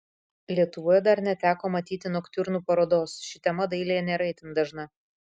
lietuvoje dar neteko matyti noktiurnų parodos ši tema dailėje nėra itin dažna